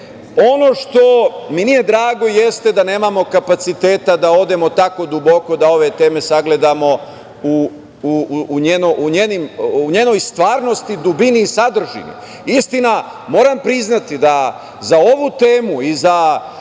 ono što mi nije drago jeste da nemamo kapaciteta da odemo tako duboko da ove teme sagledamo u njenoj stvarnosti, dubini i sadržini. Istina, moram priznati da za ovu temu, i za